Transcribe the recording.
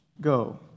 go